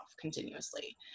continuously